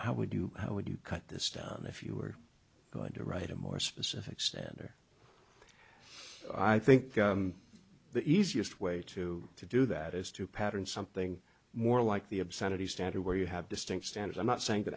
how would you how would you cut this down if you were going to write a more specific standard i think the easiest way to to do that is to pattern something more like the obscenity standard where you have distinct standard i'm not saying that